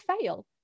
fail